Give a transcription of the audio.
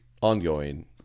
ongoing